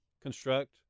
construct